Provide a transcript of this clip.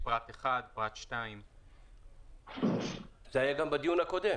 פרט 1, פרט 2. זה היה גם בדיון הקודם.